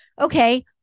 okay